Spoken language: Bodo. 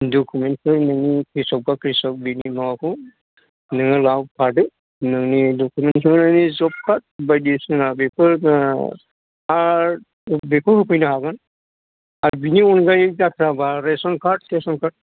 डकुमेन्ट खौ नोंनि क्रिसक बा क्रिसक बेनि माबाखौ नोङो लाबोफादो नोंनि डकुमेन्टस हरनायनि जब कार्ड बायदिसिना बेफोर कार्ड बेखौ होफैनो हागोन आरो बेनि अनगायै जाथाराबा रेशन कार्ड थेशन कार्ड